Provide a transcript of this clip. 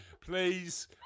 please